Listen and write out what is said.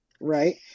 right